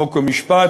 חוק ומשפט,